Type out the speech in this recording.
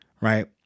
right